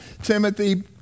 Timothy